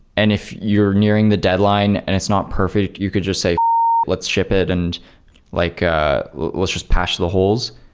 and if you're nearing the deadline and it's not perfect, you could just say let's ship it and like ah let's just patch the holes.